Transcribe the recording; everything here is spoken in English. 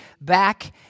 back